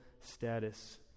status